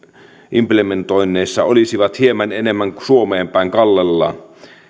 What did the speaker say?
implementoinneissa olisivat hieman enemmän suomeen päin kallellaan